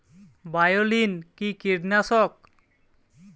বায়োলিন কি কীটনাশক?